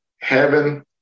heaven